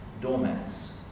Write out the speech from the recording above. doormats